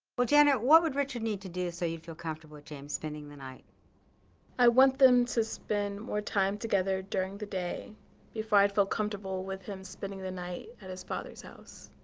but janet, what would richard need to do so you feel comfortable with james spending the night? plaintiff i want them to spend more time together during the day before i'd feel comfortable with him spending the night at his father's house.